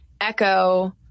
echo